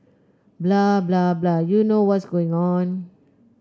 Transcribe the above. blah blah blah you know what's going on